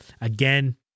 Again